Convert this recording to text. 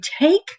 take